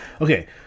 Okay